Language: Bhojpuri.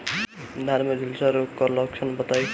धान में झुलसा रोग क लक्षण बताई?